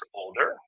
older